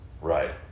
Right